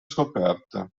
scoperte